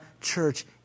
church